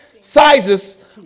sizes